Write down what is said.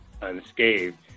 unscathed